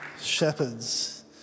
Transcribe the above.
Shepherds